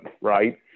right